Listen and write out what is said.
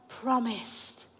promised